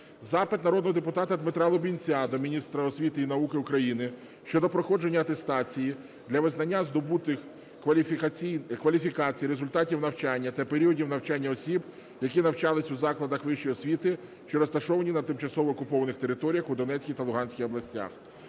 Запит народного депутата Дмитра Лубінця до міністра освіти і науки України щодо проходження атестації для визнання здобутих кваліфікацій, результатів навчання та періодів навчання осіб які навчалися у закладах вищої освіти, що розташовані на тимчасово окупованих територіях у Донецькій та Луганській областях.